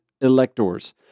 electors